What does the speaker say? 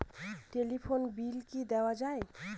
Telephone bill কি দেওয়া যায়?